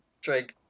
Drake